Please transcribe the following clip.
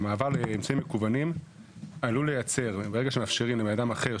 המעבר לאמצעים מקוונים עלול לייצר ברגע שמאפשרים לאדם אחר,